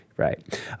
Right